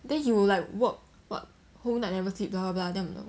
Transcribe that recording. then he will like work what whole night never sleep blah blah blah then I'm like